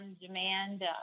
demand